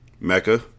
Mecca